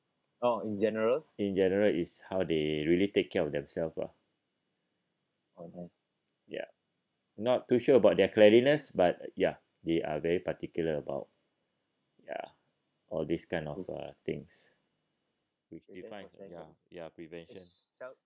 in general it's really how they take care of themselves lah ya not too sure about their cleanliness but ya they are very particular about ya all these kind of uh things ya prevention